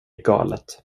galet